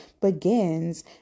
begins